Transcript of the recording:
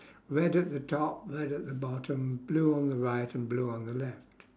red at the top red at the bottom blue on the right and blue on the left